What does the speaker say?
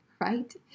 right